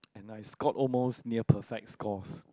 and I scored almost near perfect scores